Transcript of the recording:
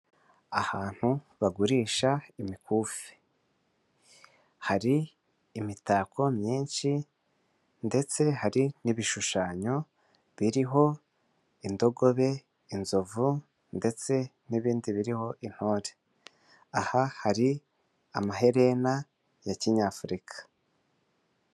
Ahantu bagurisha imikufi, hari imitako myinshi ndetse hari n'ibishushanyo biriho indogobe, inzovu, ndetse n'ibindi biriho intore, aha hari amaherena ya kinyafurika.